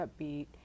upbeat